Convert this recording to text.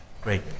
Great